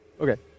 Okay